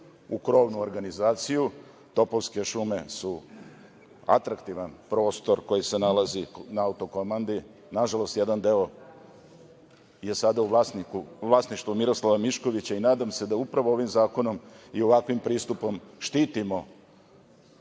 u krovnu organizaciju, „Topovske šume“ su atraktivan prostor koji se nalazi na Autokomandi. Nažalost, jedan deo je sada u vlasništvu Miroslava Miškovića i nadam se da upravo ovim zakonom i ovakvim pristupom štitimo